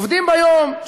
עובדים ביום,